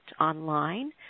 online